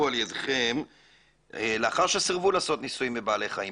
על ידכם לאחר שסירבו לעשות ניסויים בבעלי חיים,